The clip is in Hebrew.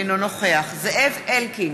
אינו נוכח זאב אלקין,